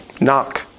Knock